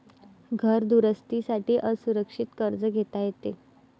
घर दुरुस्ती साठी असुरक्षित कर्ज घेता येते